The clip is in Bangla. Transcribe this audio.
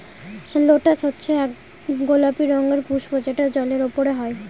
লোটাস হচ্ছে এক গোলাপি রঙের পুস্প যেটা জলের ওপরে হয়